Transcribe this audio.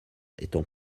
étant